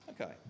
Okay